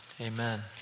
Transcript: amen